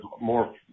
more